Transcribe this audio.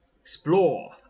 Explore